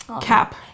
cap